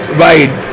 wide